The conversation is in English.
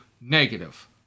negative